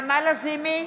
נעמה לזימי,